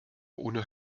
ohne